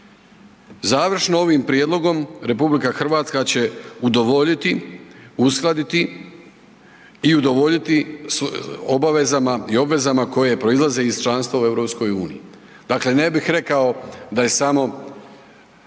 Završno ovim prijedlogom RH će udovoljiti, uskladiti i udovoljiti obavezama i obvezama koje proizlaze iz članstva u EU. Dakle, ne bih rekao da je samo